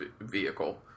vehicle